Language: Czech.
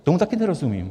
Tomu taky nerozumím.